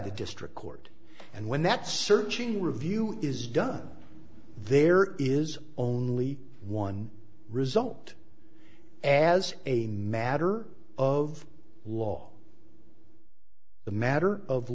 the district court and when that searching review is done there is only one result as a matter of law the matter of